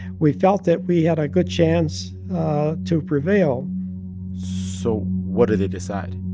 we felt that we had a good chance to prevail so what did they decide?